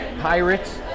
Pirates